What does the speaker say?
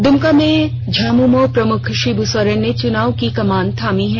दुमका में झामुमो प्रमुख शिबू सोरेन ने चुनाव की कमान थामी है